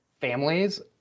families